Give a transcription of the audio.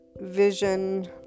vision